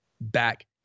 back